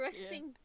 resting